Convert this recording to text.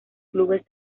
clubes